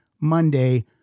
Monday